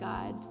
God